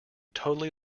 totally